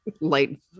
light